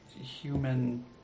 human